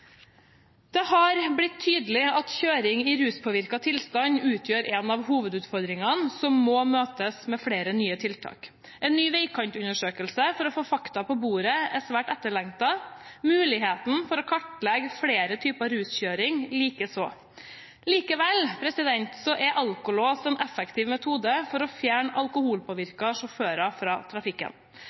Det har blitt tydelig at kjøring i ruspåvirket tilstand utgjør en av hovedutfordringene som må møtes med flere nye tiltak. En ny vegkantundersøkelse for å få fakta på bordet er svært etterlengtet, muligheten for å kartlegge flere typer ruskjøring likeså. Likevel er alkolås en effektiv metode for å fjerne alkoholpåvirkede sjåfører fra trafikken.